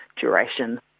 duration